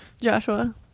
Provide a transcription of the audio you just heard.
Joshua